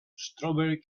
strawberry